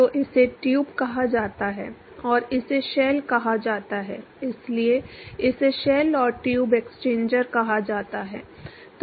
तो इसे ट्यूब कहा जाता है और इसे शेल कहा जाता है इसलिए इसे शेल और ट्यूब एक्सचेंजर कहा जाता है